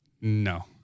No